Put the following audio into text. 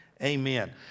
Amen